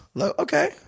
Okay